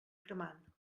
cremant